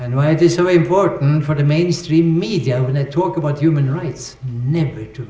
and why this so important for the mainstream media when they talk about human rights namely to